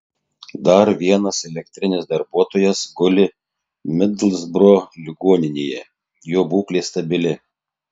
dar vienas elektrinės darbuotojas guli midlsbro ligoninėje jo būklė stabili